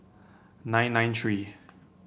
nine nine three